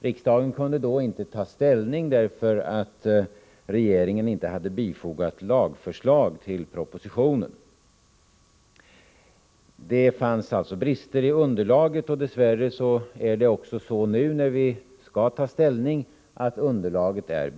Riksdagen kunde då inte ta ställning, därför att regeringen inte hade bifogat lagförslag till propositionen. Det fanns alltså brister i underlaget, och dess värre är underlaget bristfälligt också nu, när vi skall ta ställning.